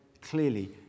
clearly